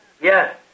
Yes